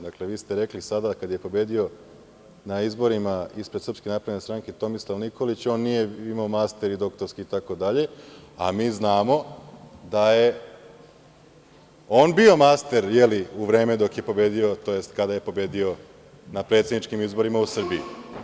Dakle, vi ste rekli sada kada je pobedio na izborima ispred SNS Tomislav Nikolić, on nije imao master i doktorske i tako dalje, a mi znamo da je on bio master u vreme dok je pobedio, to jest kada je pobedio na predsedničkim izborima u Srbiji.